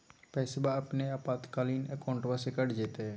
पैस्वा अपने आपातकालीन अकाउंटबा से कट जयते?